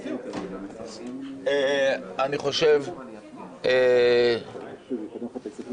כן, סליחה, אלעזר.